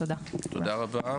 תודה רבה.